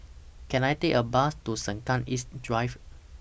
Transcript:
Can I Take A Bus to Sengkang East Drive